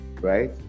right